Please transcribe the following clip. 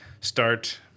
start